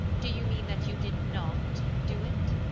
do you mean that you did not do it?